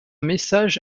message